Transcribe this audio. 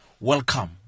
welcome